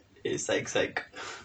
it's like psych